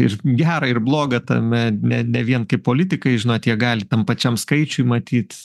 ir gera ir bloga tame ne ne vien kaip politikai žinot jie gali tam pačiam skaičiuj matyt